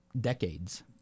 decades